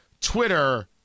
Twitter